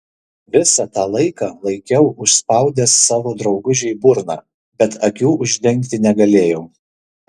visą tą laiką laikiau užspaudęs savo draugužei burną bet akių uždengti negalėjau